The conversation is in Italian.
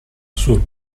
sul